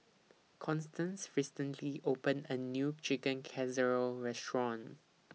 Constance recently opened A New Chicken Casserole Restaurant